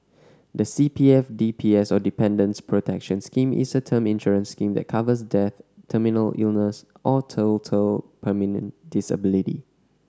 the C P F D P S or Dependants Protection Scheme is a term insurance scheme that covers death terminal illness or total permanent disability